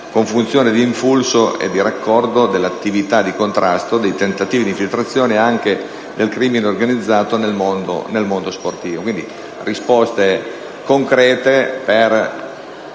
con funzione di impulso e di raccordo dell'attività di contrasto ai tentativi di infiltrazione del crimine organizzato nel mondo sportivo. Si tratta di risposte concrete tese